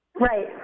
Right